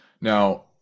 Now